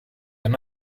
and